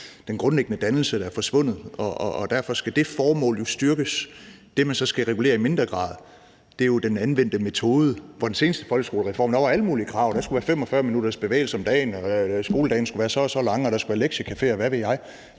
den grundlæggende dannelse er forsvundet, og derfor skal det formål jo styrkes. Det, man så skal regulere i mindre grad, er den anvendte metode. I den seneste folkeskolereform var der alle mulige krav. Der skulle være 45 minutters bevægelse om dagen, skoledagene skulle være så og så lange, og der skulle være lektiecaféer, og hvad ved jeg.